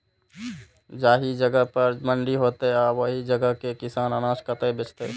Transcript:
जाहि जगह पर मंडी हैते आ ओहि जगह के किसान अनाज कतय बेचते?